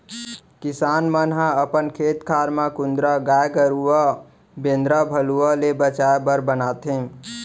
किसान मन ह अपन खेत खार म कुंदरा गाय गरूवा बेंदरा भलुवा ले बचाय बर बनाथे